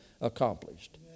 accomplished